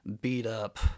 beat-up